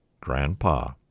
Grandpa